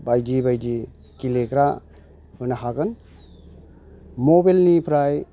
बायदि बायदि गेलेग्रा होनो हागोन मबाइलनिफ्राय